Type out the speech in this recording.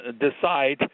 decide